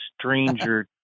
stranger